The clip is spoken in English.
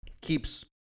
keeps